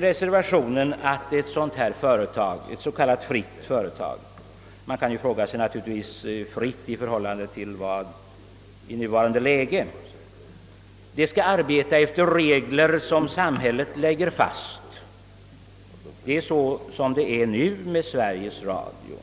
reservationerna sägs att ett s.k. fritt företag — fritt i förhållande till vad kan man fråga skall arbeta efter regler som samhället fastslår. På detta sätt är det nu beträffande Sveriges Radio.